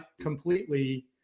completely